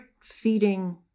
feeding